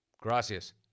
Gracias